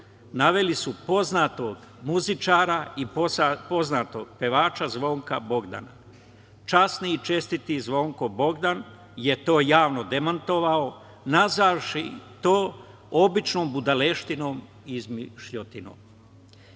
naveli su poznatog muzičara i poznatog pevača Zvonka Bodana. Časni i čestiti Zvonko Bogdan je to javno demantovao nazvavši to običnom budaleštinom i izmišljotinom. Nadalje,